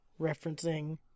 referencing